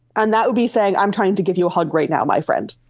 and that would be saying i'm trying to give you a hug right now, my friend',